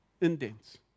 indents